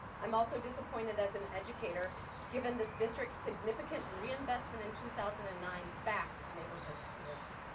i'm also disappointed as an educator given this district significant reinvestment in two thousand and nine back to neighborhood schools.